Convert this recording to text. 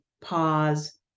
pause